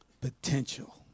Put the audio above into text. potential